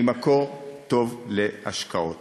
והיא מקום טוב להשקעות.